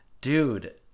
Dude